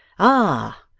ah!